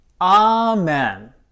Amen